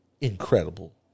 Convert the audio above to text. Incredible